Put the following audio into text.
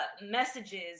messages